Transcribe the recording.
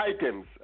items